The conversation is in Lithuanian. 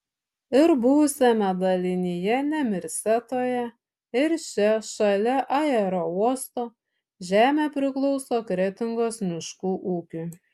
ir buvusiame dalinyje nemirsetoje ir čia šalia aerouosto žemė priklauso kretingos miškų ūkiui